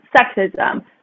sexism